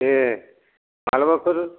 दे मालाबाफोर